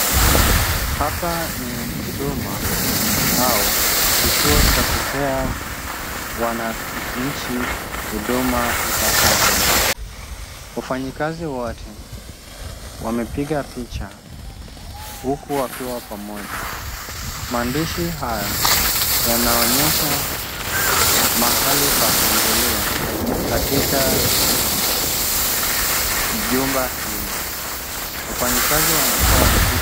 Hapa ni huduma au kituo cha kupea wanainchi huduma ipasavyo. Wafanye kazi wote wamepika picha huku wakiwa pamoja. Maandisha haya yanaonyesha mahali pakuingilia katika jumba hili. Wafanyi kazi wanavaa kuhakikisha..